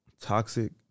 toxic